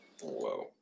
Whoa